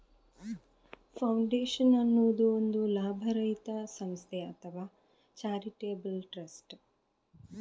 foundation ಅನ್ನುದು ಒಂದು ಲಾಭರಹಿತ ಸಂಸ್ಥೆ ಅಥವಾ ಚಾರಿಟೇಬಲ್ ಟ್ರಸ್ಟ್